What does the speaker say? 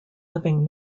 living